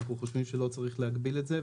אנחנו חושבים שלא צריך להגביל את זה.